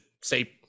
say